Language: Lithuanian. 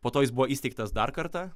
po to jis buvo įsteigtas dar kartą